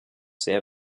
sehr